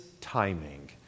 timing